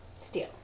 Steel